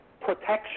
protection